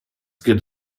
geht